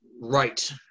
right